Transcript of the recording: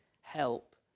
help